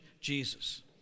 Jesus